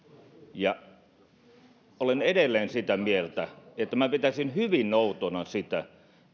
olen edelleen sitä mieltä että minä pitäisin hyvin outona sitä